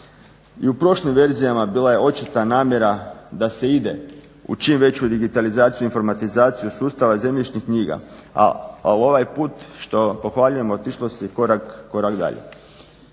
I u prošlim verzijama bila je očita namjera da se ide u čim veću digitalizaciju i informatizaciju sustava zemljišnih knjiga, a ovaj put što pohvaljujem otišlo se i korak dalje.